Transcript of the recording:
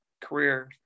career